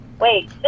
Wait